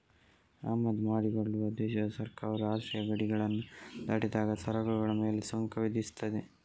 ಆಮದು ಮಾಡಿಕೊಳ್ಳುವ ದೇಶದ ಸರ್ಕಾರವು ರಾಷ್ಟ್ರೀಯ ಗಡಿಗಳನ್ನ ದಾಟಿದಾಗ ಸರಕುಗಳ ಮೇಲೆ ಸುಂಕ ವಿಧಿಸ್ತದೆ